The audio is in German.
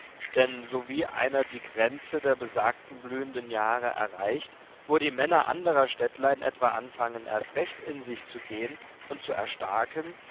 denn sowie einer die grenze der besagten blühenden jahre erreicht wo die männer anderer städtlein etwa anfangen erst recht in sich zu gehen und zu erstarken